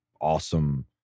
awesome